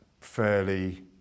fairly